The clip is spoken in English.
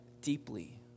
deeply